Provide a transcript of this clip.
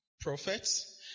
prophets